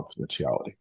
Confidentiality